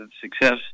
success